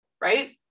right